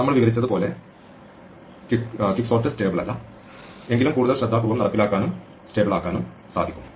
നമ്മൾ വിവരിച്ചത് പോലെ ക്വിക്സോർട്ട് സ്റ്റേബിൾ അല്ല എങ്കിലും കൂടുതൽ ശ്രദ്ധാപൂർവ്വം നടപ്പിലാക്കാനും സ്റ്റേബിൾ ആക്കാനും സാധിക്കും